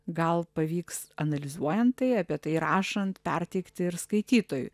gal pavyks analizuojant tai apie tai rašant perteikti ir skaitytojui